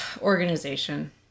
organization